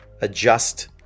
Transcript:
adjust